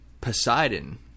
Poseidon